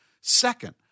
Second